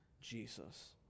Jesus